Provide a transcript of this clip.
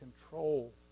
control